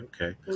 okay